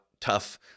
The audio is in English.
tough